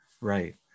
Right